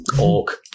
orc